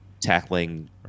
tackling